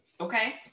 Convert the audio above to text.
Okay